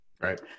Right